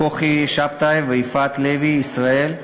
כוכי שבתאי ויפעת לוי-ישראל,